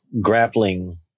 grappling